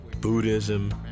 Buddhism